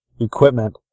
equipment